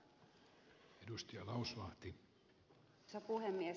arvoisa puhemies